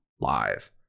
live